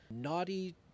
naughty